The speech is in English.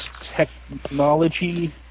technology